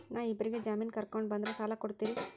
ನಾ ಇಬ್ಬರಿಗೆ ಜಾಮಿನ್ ಕರ್ಕೊಂಡ್ ಬಂದ್ರ ಸಾಲ ಕೊಡ್ತೇರಿ?